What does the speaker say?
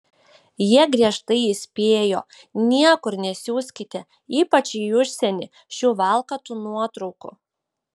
jie griežtai įspėjo niekur nesiųskite ypač į užsienį šių valkatų nuotraukų